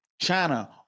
China